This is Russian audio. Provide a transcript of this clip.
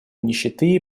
нищеты